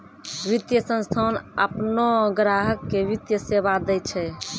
वित्तीय संस्थान आपनो ग्राहक के वित्तीय सेवा दैय छै